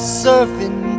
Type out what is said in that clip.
surfing